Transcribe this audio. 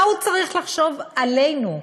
מה הוא צריך לחשוב עלינו,